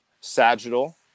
sagittal